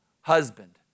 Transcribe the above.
husband